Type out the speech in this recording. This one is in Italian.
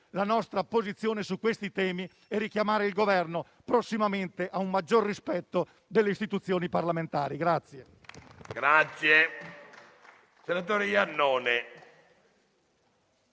la nostra posizione su questi temi e richiamare il Governo prossimamente a un maggior rispetto delle istituzioni parlamentari.